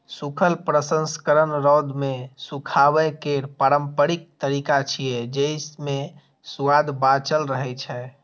सूखल प्रसंस्करण रौद मे सुखाबै केर पारंपरिक तरीका छियै, जेइ मे सुआद बांचल रहै छै